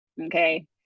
Okay